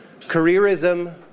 careerism